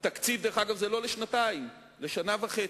התקציב, דרך אגב, הוא לא לשנתיים, אלא לשנה וחצי.